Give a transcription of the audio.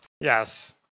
Yes